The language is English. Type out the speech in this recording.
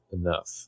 enough